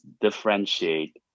differentiate